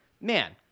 man